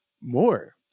more